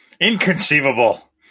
Inconceivable